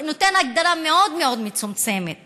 הגדרה מאוד מאוד מצומצמת